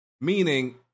meaning